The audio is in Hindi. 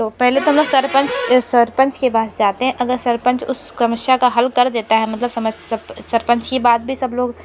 तो पहले तो मैं सरपंच सरपंच के पास जाते हैं अगर सरपंच उस समस्या का हल कर देता है मतलब सरपंच की बात भी सब लोग